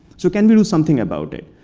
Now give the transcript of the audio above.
so can we do something about it?